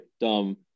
dumb